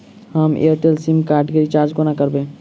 हम Airtel SIM card केँ recharge कोना करबै?